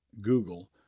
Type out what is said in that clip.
Google